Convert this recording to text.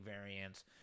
variants